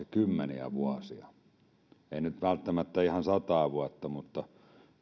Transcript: kymmeniä vuosia eivät nyt välttämättä ihan sataa vuotta mutta